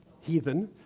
heathen